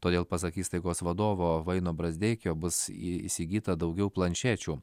todėl pasak įstaigos vadovo vaino brazdeikio bus į įsigyta daugiau planšečių